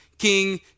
King